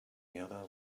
another